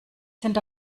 sind